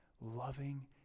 loving